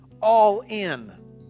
all-in